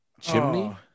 Chimney